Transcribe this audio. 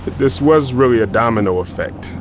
this was really a domino effect.